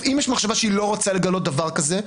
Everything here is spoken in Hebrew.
אם יש מחשבה שהיא לא רוצה לגלות דבר כזה,